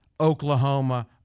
Oklahoma